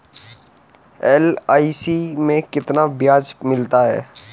LIC में कितना ब्याज मिलता है?